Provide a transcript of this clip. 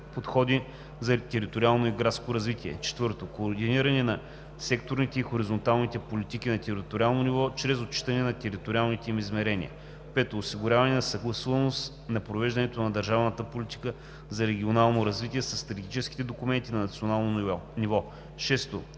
подходи за териториално и градско развитие; 4. координиране на секторните и хоризонталните политики на териториално ниво чрез отчитане на териториалните им измерения; 5. осигуряване на съгласуваност на провеждането на държавната политика за регионално развитие със стратегическите документи на национално ниво; 6.